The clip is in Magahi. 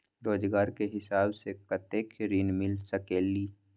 रोजगार के हिसाब से कतेक ऋण मिल सकेलि?